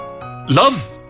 Love